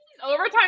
overtime